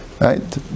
Right